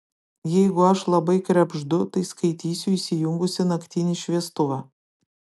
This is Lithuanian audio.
jeigu aš labai krebždu tai skaitysiu įsijungusi naktinį šviestuvą